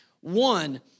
one